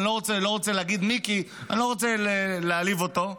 ואני לא רוצה להגיד מי כי אני לא רוצה להעליב אותו.